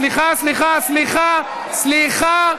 סליחה, סליחה, סליחה.